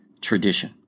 tradition